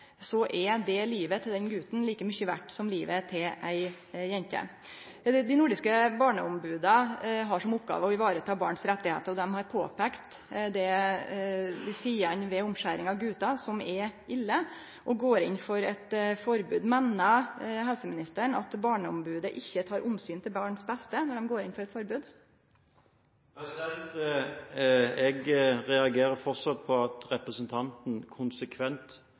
er livet til den guten like mykje verdt som livet til ei jente. Dei nordiske barneomboda har som oppgåve å ta vare på barns rettar, og dei har påpeikt dei sidene ved omskjering av gutar som er ille, og går inn for eit forbod. Meiner helseministeren at barneomboda ikkje tar omsyn til barns beste når dei går inn for eit forbod? Jeg reagerer fortsatt på at representanten konsekvent